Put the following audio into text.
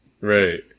Right